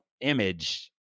image